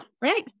right